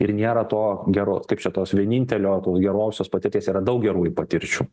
ir nėra to geros kaip čia tos vienintelio tos gerosios patirties yra daug gerųjų patirčių